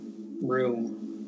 room